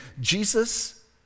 Jesus